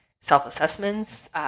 self-assessments